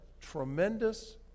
tremendous